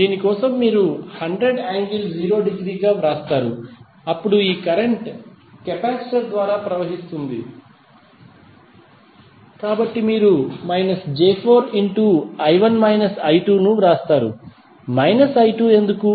దీని కోసం మీరు 100∠0◦ వ్రాస్తారు అప్పుడు ఈ కరెంట్ కెపాసిటర్ ద్వారా ప్రవహిస్తుంది కాబట్టి మీరు −j4 ను వ్రాస్తారు I2 ఎందుకు